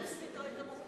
אין.